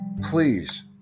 please